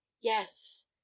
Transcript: yes